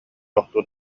тохтуу